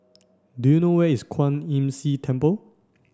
do you know where is Kwan Imm See Temple